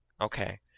Okay